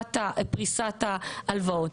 הרחבת פריסת ההלוואות.